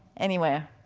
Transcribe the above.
anyway,